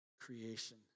creation